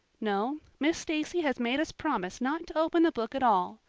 no miss stacy has made us promise not to open a book at all.